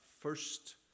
first